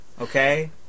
okay